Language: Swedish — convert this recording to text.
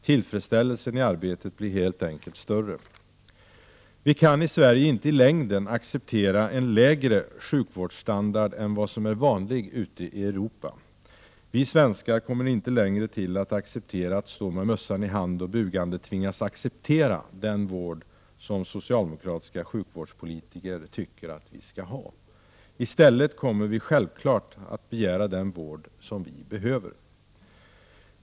Tillfredsställelsen i arbetet blir helt enkelt större. Vi kan i Sverige inte i längden acceptera en lägre sjukvårdsstandard än vad som är vanligt ute i Europa. Vi svenskar kommer inte länge till att acceptera att stå med mössan i hand och bugande tvingas ta emot den vård som socialdemokratiska sjukvårdspolitiker tycker vi skall ha. I stället kommer vi att självklart begära den vård som vi behöver.